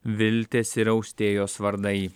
viltės ir austėjos vardai